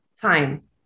Time